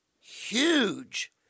huge